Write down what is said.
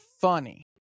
funny